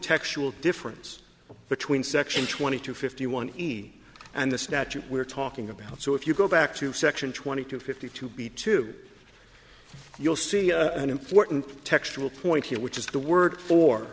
textual difference between section twenty two fifty one and the statute we're talking about so if you go back to section twenty two fifty two b two you'll see in fortan textural point here which is the word for